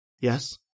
Yes